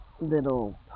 little